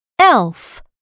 elf